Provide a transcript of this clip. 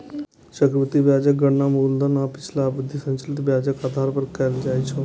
चक्रवृद्धि ब्याजक गणना मूलधन आ पिछला अवधिक संचित ब्याजक आधार पर कैल जाइ छै